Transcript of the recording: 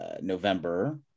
November